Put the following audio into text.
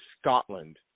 Scotland